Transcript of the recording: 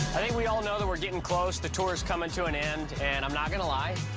i think we all know that we're getting close. the tour is coming to an end. and i'm not gonna lie,